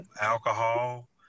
alcohol